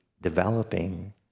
developing